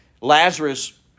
Lazarus